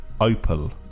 Opal